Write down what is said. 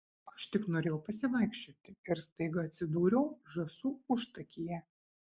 aš tik norėjau pasivaikščioti ir staiga atsidūriau žąsų užtakyje